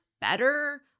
better